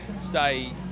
stay